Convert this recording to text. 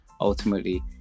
ultimately